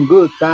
Good